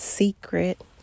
secret